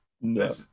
No